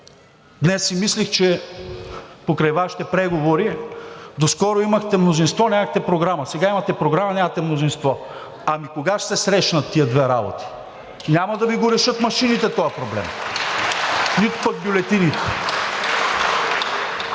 Днес си мислех, че покрай Вашите преговори доскоро имахте мнозинство и нямахте програма. Сега имате програма, а нямате мнозинство. Ами кога ще се срещнат тези две работи? Няма да Ви го решат машините този проблем, нито пък бюлетините.